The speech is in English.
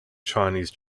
chinese